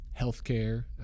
healthcare